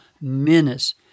menace